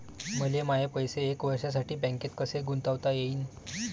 मले माये पैसे एक वर्षासाठी बँकेत कसे गुंतवता येईन?